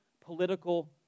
political